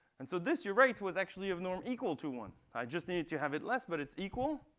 and so this you're right was actually of norm equal to one. i just needed to have it less, but it's equal.